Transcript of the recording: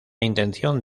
intención